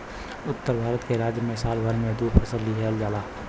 उत्तर भारत के राज्य में साल में दू फसल लिहल जाला